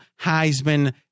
Heisman